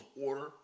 order